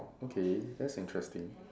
okay that's interesting